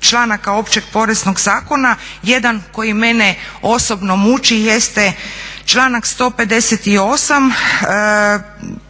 članaka Općeg poreznog zakona. Jedan koji mene osobno muči jeste članak 158.,